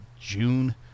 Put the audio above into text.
June